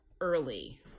early